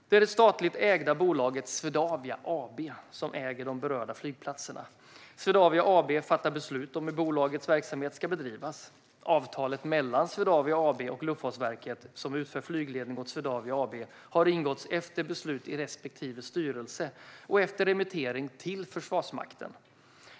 Det är det statligt ägda bolaget Swedavia AB som äger de berörda flygplatserna. Swedavia AB fattar beslut om hur bolagets verksamhet ska bedrivas. Avtalet mellan Swedavia AB och Luftfartsverket, som utför flygledning åt Swedavia AB, har ingåtts efter beslut i respektive styrelse och efter remittering till Försvarsmakten.